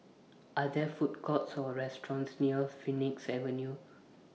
Are There Food Courts Or restaurants near Phoenix Avenue